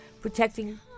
protecting